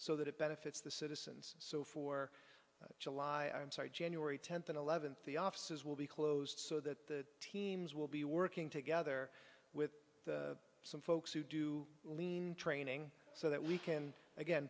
so that it benefits the citizens so for july i'm sorry january tenth and eleventh the offices will be closed so that the teams will be working together with some folks who do lean training so that we can again